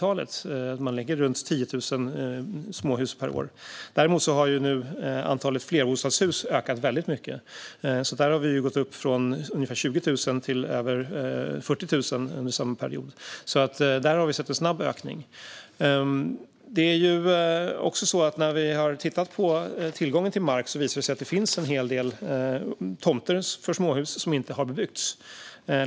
Det ligger på runt 10 000 småhus per år. Däremot har nu antalet flerbostadshus ökat väldigt mycket. Där har det gått upp från ungefär 20 000 till över 40 000 under samma period. Där har det alltså varit en snabb ökning. När vi har tittat på tillgången till mark har det visat sig att det finns en hel del tomter för småhus som inte har bebyggts.